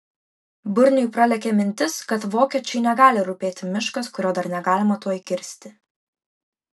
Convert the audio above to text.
burniui pralėkė mintis kad vokiečiui negali rūpėti miškas kurio dar negalima tuoj kirsti